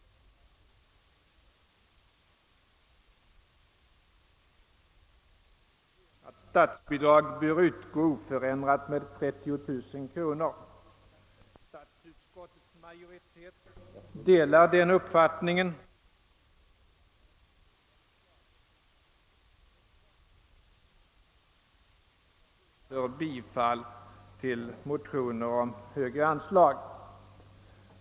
Departementschefen konstaterar emellertid lakoniskt att statsbidrag bör utgå oförändrat med 30 000 kronor. Statsutskottets majoritet delar den uppfattningen och konstaterar lika lakoniskt att utskottet inte funnit skäl tala för bifall till motioner om högre anslag.